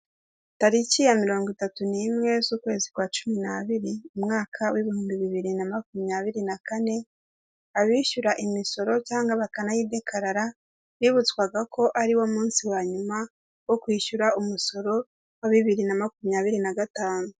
Tariki ya mirongo itatu n'imwe z'ukwezi kwa cumi n'biri, mu mwaka w' ibihumbi bibiri na makumyabiri na kane, abishyura imisoro cyangwa bakanayidekarara, bibutswaga ko ari wo munsi wa nyuma wo kwishyura umusoro wa bibiri na makumyabiri na gatanu.